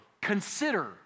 consider